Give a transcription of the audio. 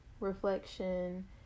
reflection